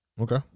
Okay